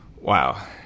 Wow